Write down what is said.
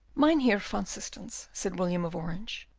mynheer van systens, said william of orange,